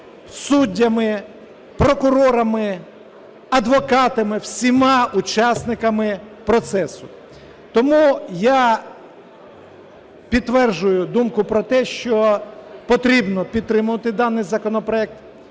суддями, прокурорами, адвокатами, всіма учасниками процесу. Тому я підтверджую думку про те, що потрібно підтримувати даний законопроект.